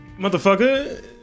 motherfucker